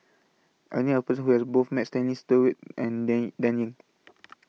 I knew A Person Who has Both Met Stanley Stewart and Dan Dan Ying